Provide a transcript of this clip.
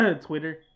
Twitter